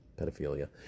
pedophilia